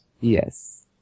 Yes